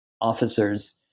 officers